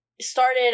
started